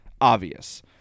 obvious